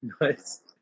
Nice